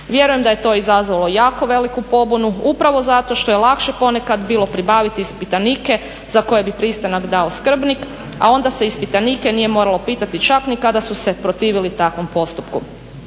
Vjerujem da je to izazvalo jako veliku pobunu upravo zato što je lakše ponekad bilo pribaviti ispitanike za koje bi pristanak dao skrbnik a onda se ispitanike nije moralo pitati čak ni kada su se protivili takvom postupku.